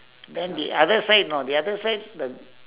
then the other side know the other side the